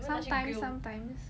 sometimes sometimes